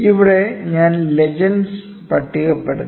ഇവിടെ ഞാൻ ലെജന്ഡ്സ് പട്ടികപ്പെടുത്തി